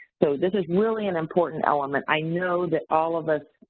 so, this is really an important element. i know that all of us,